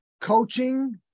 coaching